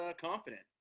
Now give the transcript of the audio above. confident